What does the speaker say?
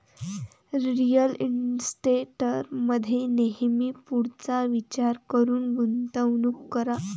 real इस्टेटमध्ये नेहमी पुढचा विचार करून गुंतवणूक करा